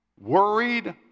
worried